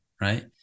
right